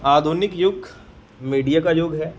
आधुनिक युग मीडिया का युग है